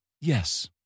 Yes